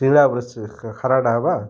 ସିଙ୍ଗଡ଼ା ଉପ୍ରେ ସେ ଖାରାଟା ଆଏବା